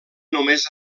només